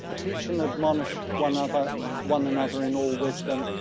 teach and admonish one other one and other in all wisdom.